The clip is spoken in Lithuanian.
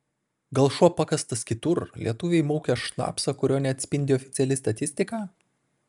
gal šuo pakastas kitur lietuviai maukia šnapsą kurio neatspindi oficiali statistika